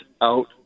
out